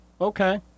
Okay